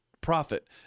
profit